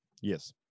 Yes